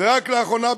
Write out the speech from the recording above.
ורק לאחרונה,